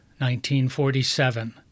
1947